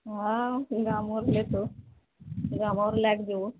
वाह ई दाम भए गेलेए तऽ तब हम आओर लए कऽ जेबो